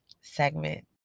segment